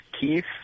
Keith